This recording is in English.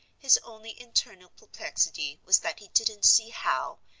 his only internal perplexity was that he didn't see how,